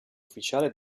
ufficiale